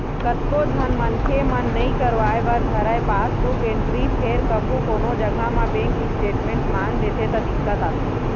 कतको झन मनखे मन नइ करवाय बर धरय पासबुक एंटरी फेर कभू कोनो जघा म बेंक स्टेटमेंट मांग देथे त दिक्कत आथे